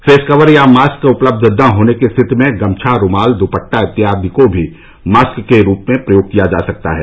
face cover या mask उपलब्ध न होने की स्थिति में गमछा रूमाल दुपट्टा इत्यादि को भी मास्क के रूप में प्रयोग किया जा सकता है